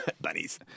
Bunnies